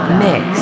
mix